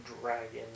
Dragon